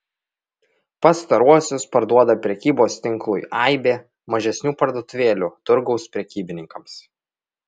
pastaruosius parduoda prekybos tinklui aibė mažesnių parduotuvėlių turgaus prekybininkams